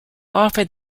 offer